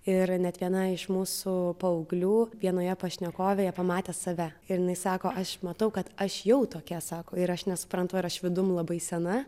ir net viena iš mūsų paauglių vienoje pašnekovėje pamatė save ir jinai sako aš matau kad aš jau tokia sako ir aš nesuprantu ar aš vidum labai sena